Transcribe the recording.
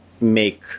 make